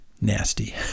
nasty